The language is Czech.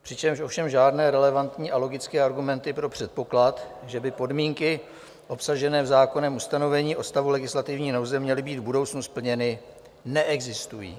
Přičemž ovšem žádné relevantní a logické argumenty pro předpoklad, že by podmínky obsažené v zákonném ustanovení o stavu legislativní nouze měly být v budoucnu splněny, neexistují.